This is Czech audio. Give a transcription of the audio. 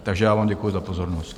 Takže já vám děkuji za pozornost.